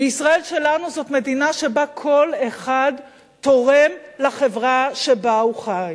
וישראל שלנו זאת מדינה שבה כל אחד תורם לחברה שבה הוא חי.